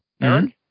Eric